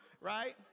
right